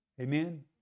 Amen